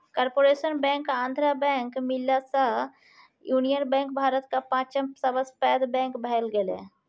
corporation Bank आ Andhra Bank मिललासँ Union Bank भारतक पाँचम सबसँ पैघ बैंक भए गेलै